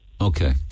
Okay